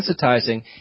desensitizing